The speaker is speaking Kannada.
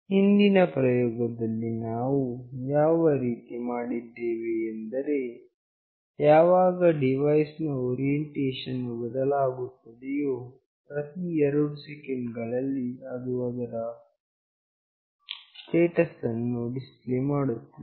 ಹಿಂದಿನ ಪ್ರಯೋಗದಲ್ಲಿ ನಾವು ಯಾವ ರೀತಿ ಮಾಡಿದ್ದೇವೆ ಎಂದರೆ ಯಾವಾಗ ಡಿವೈಸ್ ನ ಓರಿಯೆಂಟೇಷನ್ ವು ಬದಲಾಗುತ್ತದೆಯೋ ಪ್ರತಿ 2 ಸೆಕೆಂಡ್ ಗಳಲ್ಲಿ ಅದು ಅದರ ಸ್ಟೇಟಸ್ ಅನ್ನು ಡಿಸ್ಪ್ಲೇ ಮಾಡುತ್ತದೆ